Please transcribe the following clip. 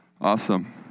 Awesome